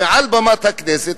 מעל במת הכנסת,